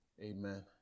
Amen